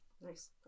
Nice